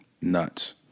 nuts